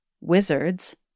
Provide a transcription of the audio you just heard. Wizards